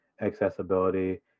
accessibility